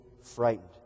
frightened